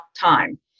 time